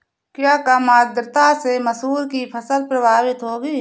क्या कम आर्द्रता से मसूर की फसल प्रभावित होगी?